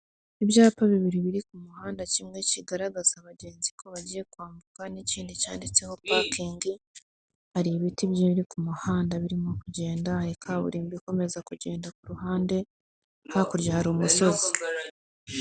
Ibyapa bibiri biri ku muhanda kimwe kigaragaza abagenzi ko bagiye kwambuka n'ikindi cyanditseho pakingi, hari ibiti byinshi ku muhanda birimo kugenda, hari kaburimbo ikomeza kugenda ku ruhande, hakurya hari umusozi.